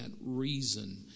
reason